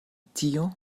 tio